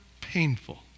painful